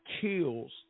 kills